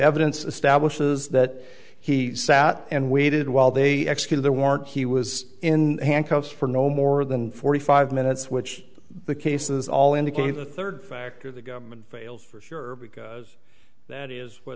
evidence establishes that he sat and waited while they execute the warrant he was in handcuffs for no more than forty five minutes which the cases all indicate a third factor the government failed for sure because that is